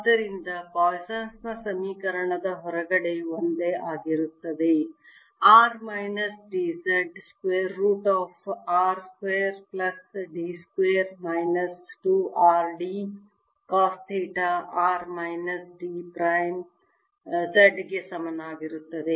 ಆದ್ದರಿಂದ ಪಾಯ್ಸನ್ ನ ಸಮೀಕರಣದ ಹೊರಗಡೆ ಒಂದೇ ಆಗಿರುತ್ತದೆ r minus d Z square root of r square plus d square minus 2 r d cos theta r minus d prime Z ಗೆ ಸಮಾನವಾಗಿರುತ್ತದೆ